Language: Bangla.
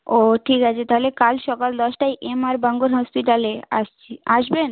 ও ঠিক আছে তাহলে কাল সকাল দশটায় এমআর বাঙ্গুর হসপিটালে আসছি আসবেন